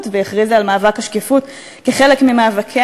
ועל שהכריזה על מאבק השקיפות כחלק ממאבקיה.